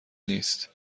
نیست